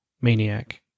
maniac